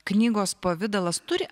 knygos pavidalas turi